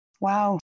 Wow